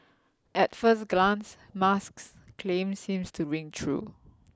at first glance Musk's claim seems to ring true